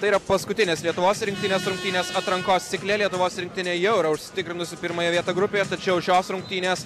tai yra paskutinės lietuvos rinktinės rungtynės atrankos cikle lietuvos rinktinė jau yra užsitikrinusi pirmąją vietą grupėje tačiau šios rungtynės